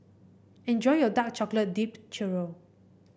enjoy your Dark Chocolate Dipped Churro